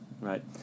right